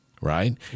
right